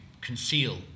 conceal